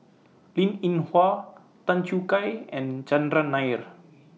Linn in Hua Tan Choo Kai and Chandran Nair